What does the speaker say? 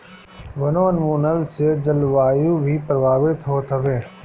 वनोंन्मुलन से जलवायु भी प्रभावित होत हवे